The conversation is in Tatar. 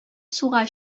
суга